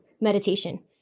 meditation